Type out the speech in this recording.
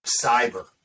Cyber